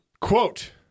Quote